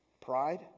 pride